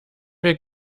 wir